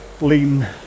lean